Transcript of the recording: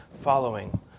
following